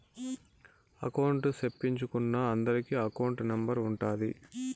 account సేపిచ్చుకున్నా అందరికి account number ఉంటాది